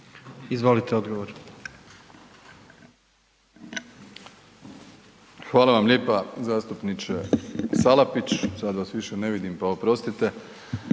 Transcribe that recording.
Andrej (HDZ)** Hvala vam lijepa zastupniče Salapić, sad vas više ne vidim, pa oprostite.